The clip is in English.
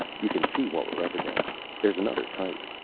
you can see what we're up against. there's another type.